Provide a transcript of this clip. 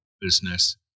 business